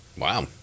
Wow